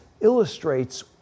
illustrates